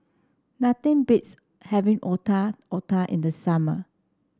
nothing beats having Otak Otak in the summer